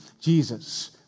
Jesus